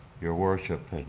your worship,